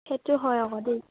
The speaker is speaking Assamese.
সেইটো হয় আকৌ দেই